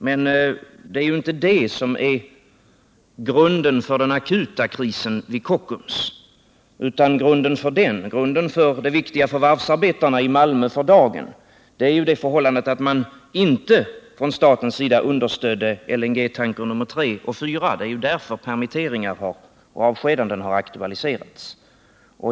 Men det är ju inte där som vi kan finna grunden för den akuta krisen vid Kockums, utan det viktiga för varvsarbetarna i Malmö för dagen är det förhållandet att man inte från statens sida understött LNG-tankrarna nummer tre och fyra. Det är ju därför permitteringar och avskedanden har aktualiserats.